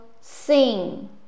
sing